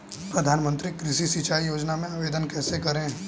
प्रधानमंत्री कृषि सिंचाई योजना में आवेदन कैसे करें?